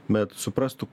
bet suprastų